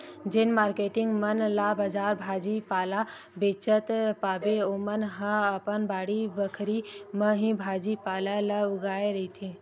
जेन मारकेटिंग मन ला बजार भाजी पाला बेंचत पाबे ओमन ह अपन बाड़ी बखरी म ही भाजी पाला ल उगाए रहिथे